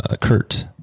Kurt